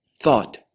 thought